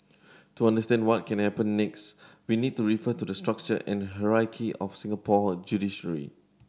to understand what can happen next we need to refer to the structure and hierarchy of Singapore's judiciary